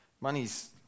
money's